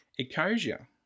Ecosia